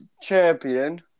champion